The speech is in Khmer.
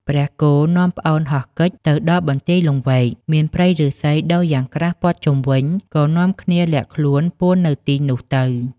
ព្រះគោនាំប្អូនហោះគេចទៅដល់បន្ទាយលង្វែក មានព្រៃឫស្សីដុះយ៉ាងក្រាស់ព័ទ្ធជុំវិញ ក៏នាំគ្នាលាក់ខ្លួនពួននៅទីនោះទៅ។